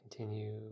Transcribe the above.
Continue